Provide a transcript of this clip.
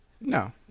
no